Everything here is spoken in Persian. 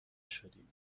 شدیم